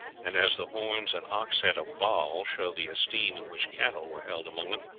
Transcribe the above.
and as the horns and ox-head of baal show the esteem in which cattle were held among them,